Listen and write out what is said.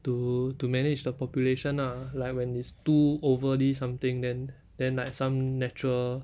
to to manage the population ah like when it's too overly something then then like some natural